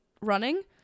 running